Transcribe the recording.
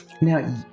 now